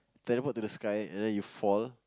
teleport to the sky and then you fall